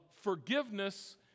forgiveness